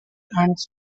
plants